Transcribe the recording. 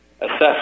assess